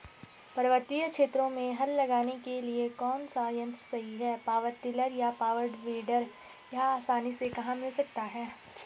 पर्वतीय क्षेत्रों में हल लगाने के लिए कौन सा यन्त्र सही है पावर टिलर या पावर वीडर यह आसानी से कहाँ मिल सकता है?